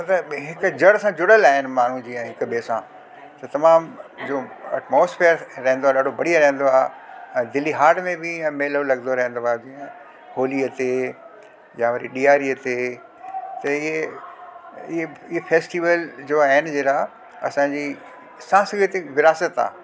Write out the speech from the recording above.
हिकु जड़ सां जुड़ियल आहिनि माण्हू जीअं हिकु ॿिए सां छो तमामु जो एटमोस्फेयर रहंदो आहे ॾाढो बढ़िया रहंदो आहे ऐं दिल्ली हाट में बि मेलो लॻंदो रहंदो आहे होलीअ ते या वरी ॾिआरीअ ते त ये ये ये फैस्टिवल जो आहिनि अहिड़ा असांजी सांस्कृतिक विरासत आहे